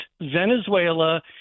venezuela